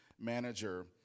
manager